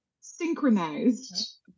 synchronized